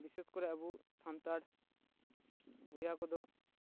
ᱵᱤᱥᱮᱥ ᱠᱚᱨᱮ ᱟᱵᱚ ᱥᱟᱱᱛᱟᱲ ᱵᱚᱭᱦᱟ ᱠᱚᱫᱚ